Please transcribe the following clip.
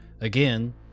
Again